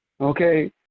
Okay